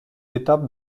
étape